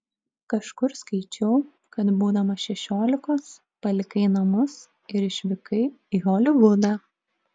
kažkur skaičiau kad būdamas šešiolikos palikai namus ir išvykai į holivudą